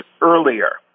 earlier